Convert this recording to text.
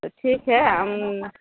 ठीक है हम